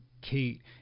kate